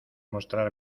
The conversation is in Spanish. mostrar